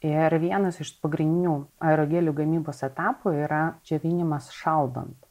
ir vienas iš pagrindinių aerogelių gamybos etapų yra džiovinimas šaldant